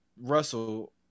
russell